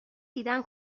دیدن